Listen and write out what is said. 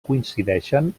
coincideixen